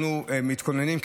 אנחנו מתכוננים,